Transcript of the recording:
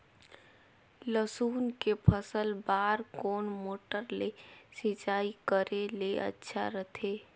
लसुन के फसल बार कोन मोटर ले सिंचाई करे ले अच्छा रथे?